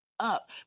Up